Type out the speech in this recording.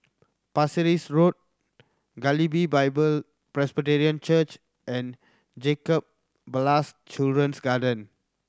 Pasir Ris Road Galilee Bible Presbyterian Church and Jacob Ballas Children's Garden